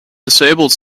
disabled